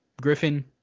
Griffin